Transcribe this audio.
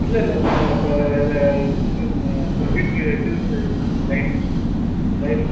இல்லைல்ல இப்போ இது இழுக்கணும் நம்ம வீட்டுக்கு இது இழுக்கணும்ல லைனு ஒயரு